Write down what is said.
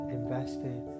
investing